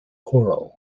coral